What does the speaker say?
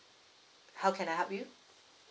how can I help you